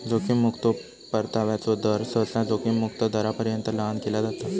जोखीम मुक्तो परताव्याचो दर, सहसा जोखीम मुक्त दरापर्यंत लहान केला जाता